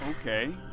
okay